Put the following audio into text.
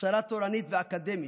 הכשרה תורנית ואקדמית,